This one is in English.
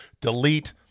delete